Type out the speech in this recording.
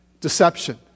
Deception